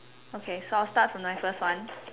okay so I will start from my first one